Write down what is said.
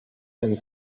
and